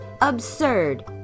Absurd